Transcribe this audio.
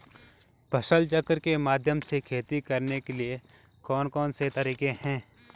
फसल चक्र के माध्यम से खेती करने के लिए कौन कौन से तरीके हैं?